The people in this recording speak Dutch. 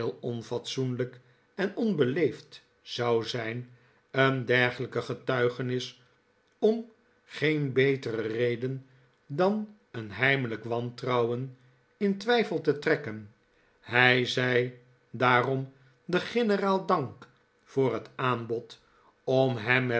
onfatsoenlijk en onbeleefd zou zijn een dergelijk getuigenis om geen betere reden dan een heimelijk wantrouwen in twijfel te trekken hij zei daarom den generaal dank voor het aanbod om hem